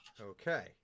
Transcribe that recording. Okay